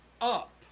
up